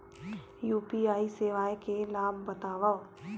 UPI सेवाएं के लाभ बतावव?